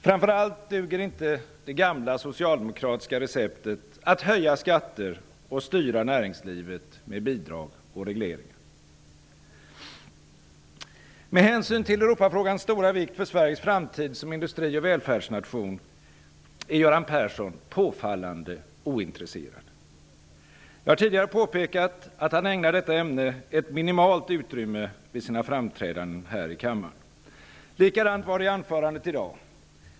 Framför allt duger inte det gamla socialdemokratiska receptet att höja skatter och att styra näringslivet med bidrag och regleringar. Med hänsyn till Europafrågans stora vikt för Sveriges framtid som industri och välfärdsnation är Göran Persson påfallande ointresserad. Jag har tidigare påpekat att han ägnar detta ämne ett minimalt utrymme vid sina framträdanden i denna kammare. Likadant var det med hans anförande här i dag.